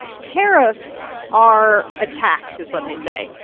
tariffs are a tax, is what they say.